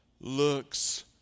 looks